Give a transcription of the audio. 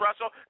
Russell